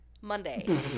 Monday